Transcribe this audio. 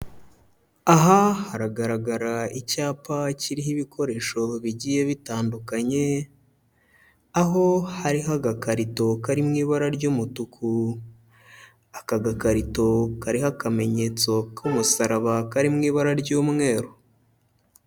Aha haragaragara icyapa kiriho ibikoresho bigiye bitandukanye, aho hariho agakarito kari mu ibara ry'umutuku, aka gakarito kariho akamenyetso k'umusaraba kari mu ibara ry'umweru.